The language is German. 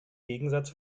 gegensatz